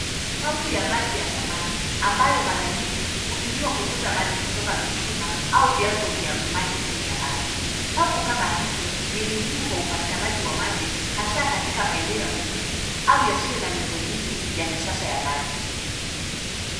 Pampu ya maji ya zamani, ambayo mara nyingi hutumiwa kuchota maji kutoka visima au vyanzo vya maji chini ya ardhi. Pampu kama hizi ni muhimu kwa upatikanaji wa maji hasa katika maeneo ya vijiji au yasiyo na miundo mbinu ya kisasa ya maji.